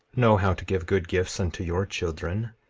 know how to give good gifts unto your children,